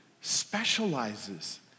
specializes